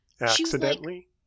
accidentally